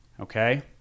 Okay